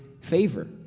favor